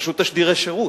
פשוט תשדירי שירות.